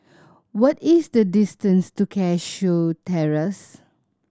what is the distance to Cashew Terrace